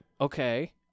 okay